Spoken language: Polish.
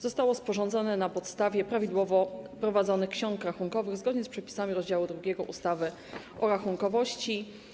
Zostało sporządzone na podstawie prawidłowo prowadzonych ksiąg rachunkowych zgodnie z przepisami rozdziału 2 ustawy o rachunkowości.